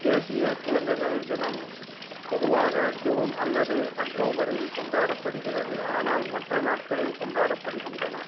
தேசியக் குழந்தைகள் தினம் பொதுவாக ஜூன் அல்லது அக்டோபரில் கொண்டாடப்படுகிறது ஆனால் மற்ற நாட்களில் கொண்டாடப்படுகின்றன